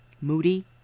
moody